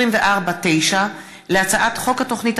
הצעת ועדת הכלכלה בדבר פיצול פרק ה' ופיצול סעיף 24(9) להצעת חוק התוכנית